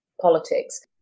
politics